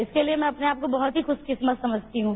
इसके लिए मैं अपने आप को बहुत ही खुश किस्मत समझती हूं